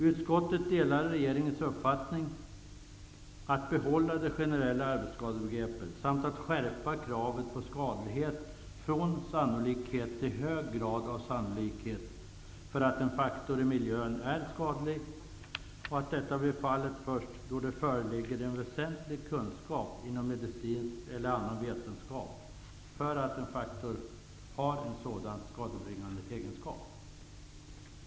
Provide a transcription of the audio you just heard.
Utskottet delar regeringens uppfattning att vi skall behålla det generella arbetsskadebegreppet samt skärpa kravet på skadlighet från sannolikhet till hög grad av sannolikhet för att en faktor i miljön är skadlig -- och att detta blir fallet först då det föreligger en väsentlig kunskap inom medicinsk eller annan vetenskap om att faktorn har en sådan skadebringande egenskap.